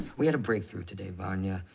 we had a breakthrough today, vanya.